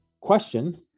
question